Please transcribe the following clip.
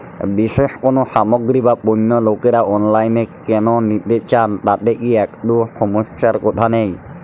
বিশেষ কোনো সামগ্রী বা পণ্য লোকেরা অনলাইনে কেন নিতে চান তাতে কি একটুও সমস্যার কথা নেই?